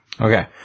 Okay